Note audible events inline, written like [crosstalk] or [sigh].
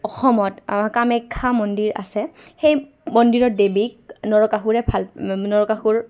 অসমত কামাখ্যা মন্দিৰ আছে সেই মন্দিৰৰ দেৱীক নৰকাসুৰে ভাল [unintelligible] নৰকাসুৰ